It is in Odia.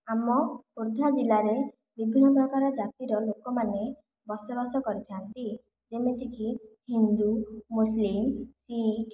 ଆମ ଖୋର୍ଦ୍ଧା ଜିଲ୍ଲାରେ ବିଭିନ୍ନ ପ୍ରକାର ଜାତିର ଲୋକମାନେ ବସବାସ କରିଥାନ୍ତି ଯେମିତିକି ହିନ୍ଦୁ ମୁସଲିମ ଶିଖ